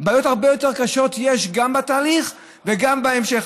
בעיות הרבה יותר קשות יש גם בתהליך וגם בהמשך,